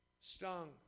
stung